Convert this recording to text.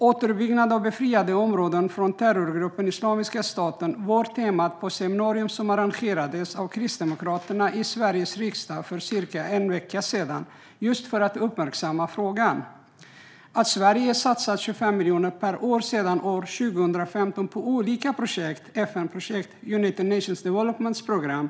Återuppbyggnad av befriade områden från terrorgruppen Islamiska staten var temat på ett seminarium som arrangerades av Kristdemokraterna i Sveriges riksdag för cirka en vecka sedan just för att uppmärksamma frågan. Sverige satsar 25 miljoner per år sedan år 2015 på olika FN-projekt via United Nations Development Programme.